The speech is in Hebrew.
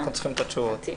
אנחנו צריכים את התשובות.